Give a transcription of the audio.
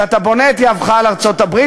שאתה שם את יהבך על ארצות-הברית,